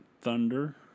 Thunder